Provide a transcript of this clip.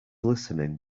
listening